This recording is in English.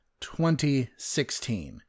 2016